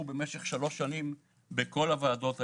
במשך שלוש שנים בכל הוועדות האלה.